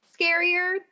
scarier